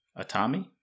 Atami